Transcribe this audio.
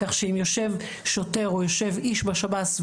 כך שאם יושב שוטר או יושב איש בשב"ס,